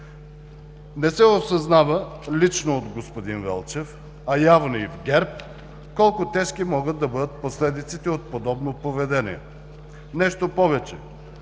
Не се осъзнава лично от господин Велчев, а явно и в ГЕРБ, колко тежки могат да бъдат последиците от подобно поведение. Нещо повече